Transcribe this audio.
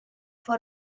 for